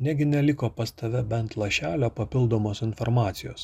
negi neliko pas tave bent lašelio papildomos informacijos